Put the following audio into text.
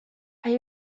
are